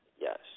Yes